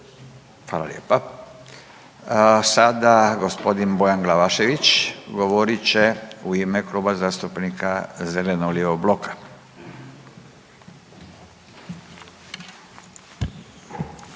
Hvala lijepa. Sada g. Bojan Glavašević govorit će u ime Kluba zastupnika zeleno-lijevog bloka. Izvolite.